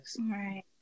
Right